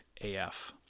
af